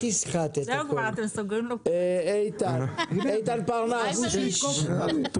איתן פרנס, בבקשה.